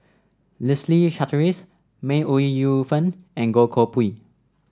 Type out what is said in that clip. Leslie Charteris May Ooi Yu Fen and Goh Koh Pui